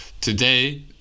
today